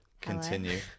continue